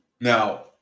Now